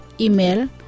Email